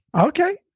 Okay